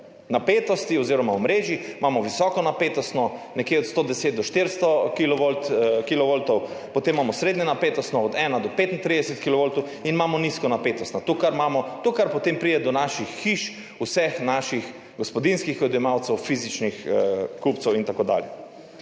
napetosti oziroma omrežij. Imamo visokonapetostno, nekje od 110 do 400 kilovoltov, potem imamo srednjenapetostno, od 1 do 35 kilovoltov, in imamo nizkonapetostno, to, kar potem pride do naših hiš, vseh naših gospodinjskih odjemalcev, fizičnih kupcev in tako dalje.